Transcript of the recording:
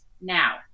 now